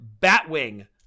batwing